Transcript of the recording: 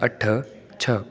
अठ छह